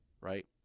right